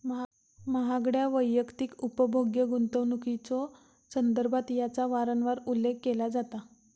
महागड्या वैयक्तिक उपभोग्य गुंतवणुकीच्यो संदर्भात याचा वारंवार उल्लेख केला जाता